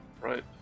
Right